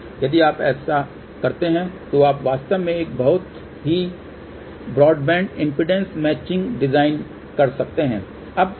यदि आप ऐसा करते हैं तो आप वास्तव में एक बहुत ही ब्रॉडबैंड इम्पीडेन्स मैचिंग डिजाइन कर सकते हैं